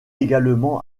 également